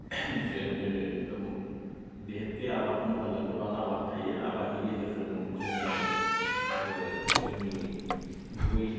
जों दिनै बेहैखे आबाद होनबाला गोबां आबाद थायो आबादनि गेजेरजों जोङो जोंनि गुबै